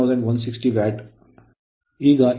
9 ಇದು 3160 ವ್ಯಾಟ್ ಆದ್ದರಿಂದ ಉತ್ತರ ಸರಿಯಾಗಿದೆ